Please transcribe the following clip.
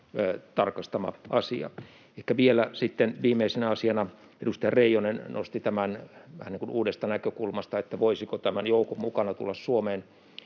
Ehkä vielä sitten viimeisenä asiana: Edustaja Reijonen nosti vähän niin kuin uudesta näkökulmasta tämän, voisiko tämän joukon mukana tulla Suomeen